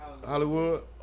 Hollywood